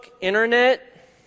Internet